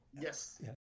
Yes